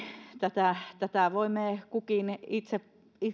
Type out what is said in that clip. tätä tätä voimme kukin